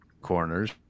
corners